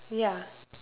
ya